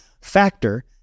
Factor